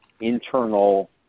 internal